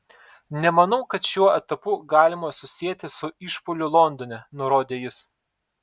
nemanau kad šiuo etapu galima susieti su išpuoliu londone nurodė jis